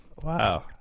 Wow